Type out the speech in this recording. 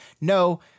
no